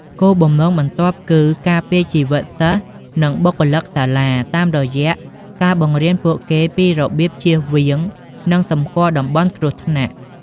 គោលបំណងបន្ទាប់គឺ ការពារជីវិតសិស្ស និងបុគ្គលិកសាលា តាមរយៈការបង្រៀនពួកគេពីរបៀបចៀសវាង និងសម្គាល់តំបន់គ្រោះថ្នាក់។